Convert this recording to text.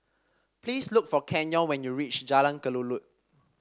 please look for Canyon when you reach Jalan Kelulut